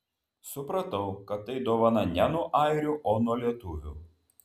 supratau kad tai dovana ne nuo airių o nuo lietuvių